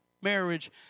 marriage